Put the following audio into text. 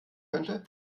könnte